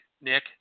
Nick